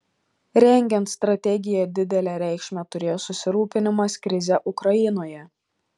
rengiant strategiją didelę reikšmę turėjo susirūpinimas krize ukrainoje